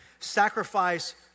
sacrifice